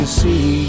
see